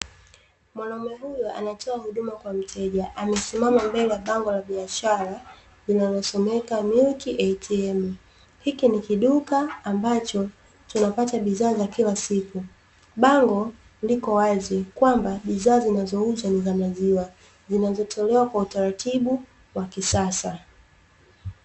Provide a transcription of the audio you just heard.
Mwanaume huyu anatoa huduma kwa mteja, amesimama mbele ya bango la biashara linalosomeka "milk ATM". Hiki ni kiduka ambacho tunapata bidhaa za kila siku. Bango liko wazi kwamba bidhaa zinazouzwa ni za maziwa, zinazotolewa kwa utaratibu wa kisasa.